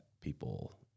people